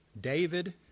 David